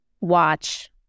watch